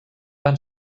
van